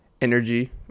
energy